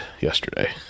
yesterday